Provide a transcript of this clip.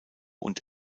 und